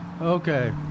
Okay